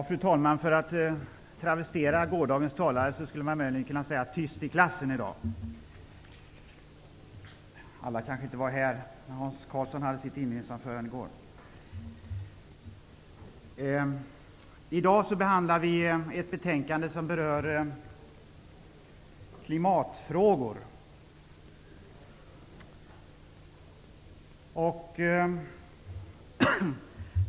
Fru talman! För att travestera gårdagens talare skulle man i dag kunna säga: Tyst i klassen! Alla kanske inte var här när Hans Karlsson höll sitt inledningsanförande i går. I dag behandlar vi ett betänkande som berör klimatfrågor.